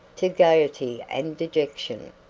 to gayety and dejection.